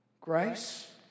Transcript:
grace